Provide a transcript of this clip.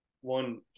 One